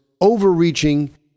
overreaching